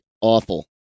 awful